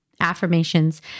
affirmations